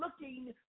looking